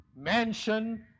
mansion